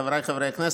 חבריי חברי הכנסת,